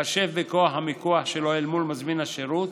ובהתחשב בכוח המיקוח שלו אל מול מזמין השירות,